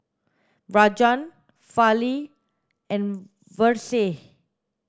Rajan Fali and Verghese